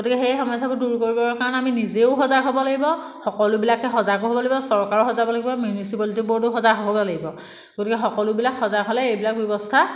গতিকে সেই সমস্যাবোৰ দূৰ কৰিবৰ কাৰণে আমি নিজেও সজাগ হ'ব লাগিব সকলোবিলাকে সজাগ হ'ব লাগিব চৰকাৰো সজাগ হ'ব লাগিব মিউনিচিপালিটি বৰ্ডো সজাগ হ'বগৈ লাগিব গতিকে সকলোবিলাক সজাগ হ'লে এইবিলাক ব্যৱস্থা